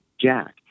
Jack